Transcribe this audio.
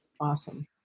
Awesome